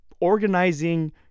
Organizing